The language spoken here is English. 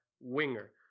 winger